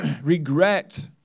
regret